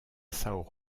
são